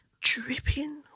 dripping